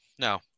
No